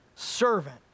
servant